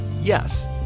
Yes